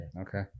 Okay